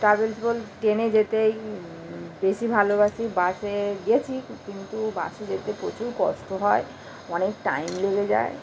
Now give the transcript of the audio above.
travels বলতে ট্রেনে যেতেই বেশি ভালোবাসি বাসে গেছি কিন্তু বাসে যেতে প্রচুর কষ্ট হয় অনেক টাইম লেগে যায়